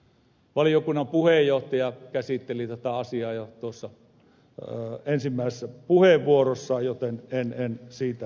valiokunnan puheenjohtaja jo käsitteli tätä asiaa tuossa ensimmäisessä puheenvuorossaan joten en puhu siitä sen enempää